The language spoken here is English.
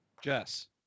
jess